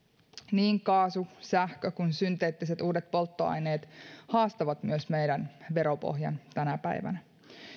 niin kaasu sähkö kuin synteettiset uudet polttoaineet haastavat myös meidän veropohjan tänä päivänä